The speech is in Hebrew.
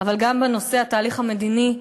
אבל גם בנושא התהליך המדיני,